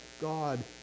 God